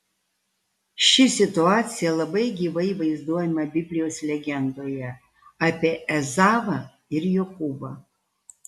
ši situacija labai gyvai vaizduojama biblijos legendoje apie ezavą ir jokūbą